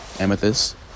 Amethyst